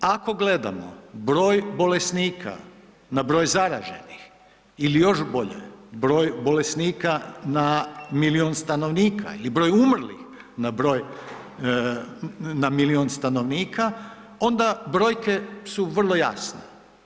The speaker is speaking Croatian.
Ako gledamo broj bolesnika na broj zaraženih, ili još bolje, broj bolesnika na milijun stanovnika, ili broj umrlih na broj na milijun stanovnika, onda brojke su vrlo jasne.